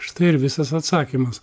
štai ir visas atsakymas